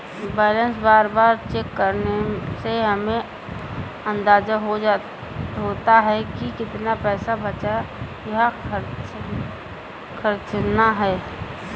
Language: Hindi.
बैलेंस बार बार चेक करने से हमे अंदाज़ा होता है की कितना पैसा बचाना या खर्चना है